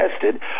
tested